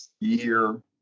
year